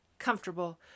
comfortable